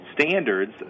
standards